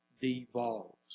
devolves